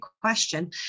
question